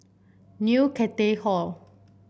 New Cathay Hall